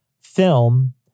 film